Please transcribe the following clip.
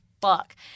fuck